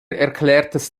erklärtes